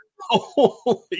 Holy